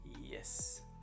yes